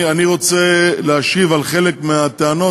אני רוצה להשיב על חלק מהטענות.